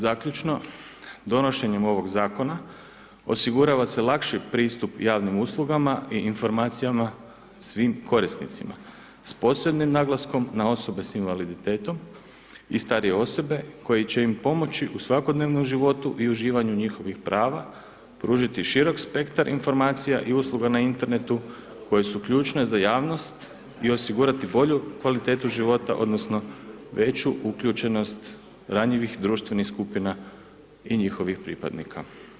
Zaključno, donošenjem ovog Zakona osigurava se lakši pristup javnim uslugama i informacijama svim korisnicima s posebnim naglaskom na osobe s invaliditetom i starije osobe koji će im pomoći u svakodnevnom životu i uživanju njihovih prava, pružiti širok spektar informacija i usluga na internetu koje su ključne za javnost i osigurati bolju kvalitetu života odnosno veću uključenost ranjivih društvenih skupina i njihovih pripadnika.